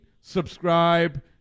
subscribe